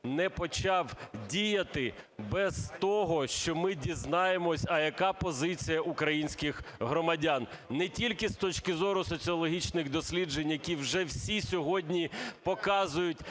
не почав діяти без того, що ми дізнаємося, а яка позиція українських громадян, не тільки з точки зору соціологічних досліджень, які вже всі сьогодні показують,